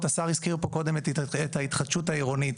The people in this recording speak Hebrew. השר הזכיר פה קודם את ההתחדשות העירונית,